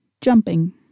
Jumping